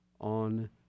on